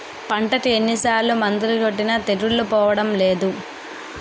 పంటకు ఎన్ని సార్లు మందులు కొట్టినా తెగులు పోవడం లేదు